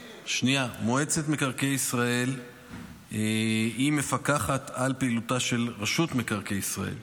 מועצת מקרקעי ישראל מפקחת על פעילותה של רשות מקרקעי ישראל.